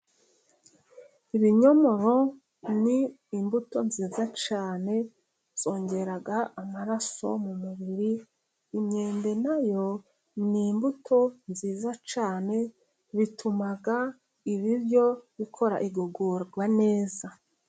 Ibinyomoro ni imbuto nziza cyane zongera amaraso mu mubiri, imyembe na yo ni imbuto nziza cyane, bituma ibiryo bikora igogorwa neza.